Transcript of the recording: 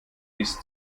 bis